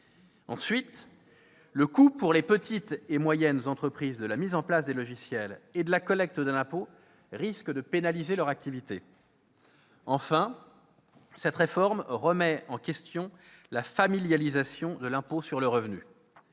Ensuite, le coût pour les petites et moyennes entreprises de la mise en place des logiciels et de la collecte de l'impôt risque de pénaliser leur activité. Enfin, cette réforme remet en question la familialisation de l'impôt sur le revenu.